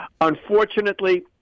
Unfortunately